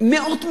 מאות מיליונים,